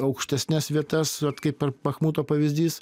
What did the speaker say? aukštesnes vietas kaip ir bachmuto pavyzdys